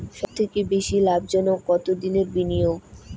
সবথেকে বেশি লাভজনক কতদিনের বিনিয়োগ?